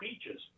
speeches